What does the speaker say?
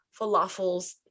falafels